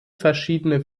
verschiedene